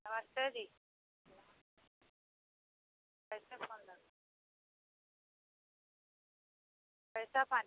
नमस्ते जी कैसे फोन लगा कैसा पानी